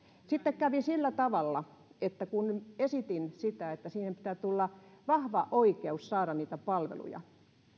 sitten kävi sillä tavalla että kun esitin sitä että siihen pitää tulla vahva oikeus saada niitä palveluja